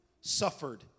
suffered